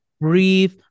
breathe